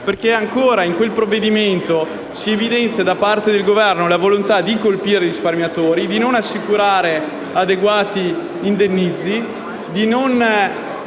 perché in quel provvedimento si evidenzia ancora, da parte del Governo, la volontà di colpire i risparmiatori, di non assicurare adeguati indennizzi,